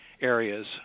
areas